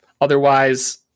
otherwise